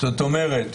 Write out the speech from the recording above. זאת אומרת,